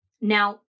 Now